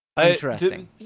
Interesting